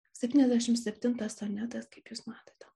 septyniasdešimt septintas sonetas kaip jūs matote